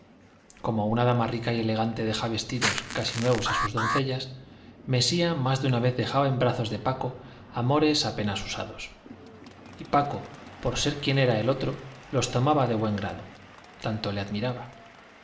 como una dama rica y elegante deja vestidos casi nuevos a sus doncellas mesía más de una vez dejaba en brazos de paco amores apenas usados y paco por ser quien era el otro los tomaba de buen grado tanto le admiraba